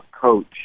coach